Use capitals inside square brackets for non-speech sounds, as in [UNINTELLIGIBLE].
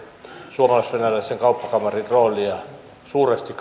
suomalais venäläisen kauppakamarin roolia suuresti [UNINTELLIGIBLE]